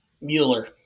Mueller